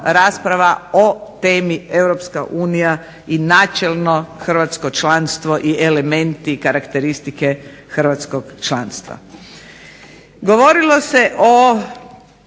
o temi Europska unija i načelno hrvatsko članstvo i elementi karakteristike hrvatskog članstva. Govorilo se o